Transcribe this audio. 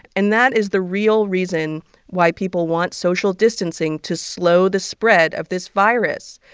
and that is the real reason why people want social distancing to slow the spread of this virus.